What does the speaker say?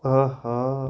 آہا